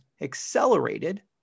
accelerated